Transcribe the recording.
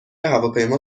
هواپیما